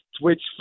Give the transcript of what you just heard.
twitch